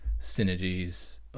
synergies